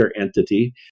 entity